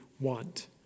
want